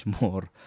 more